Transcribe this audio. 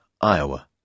Iowa